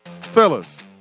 Fellas